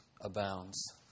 abounds